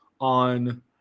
on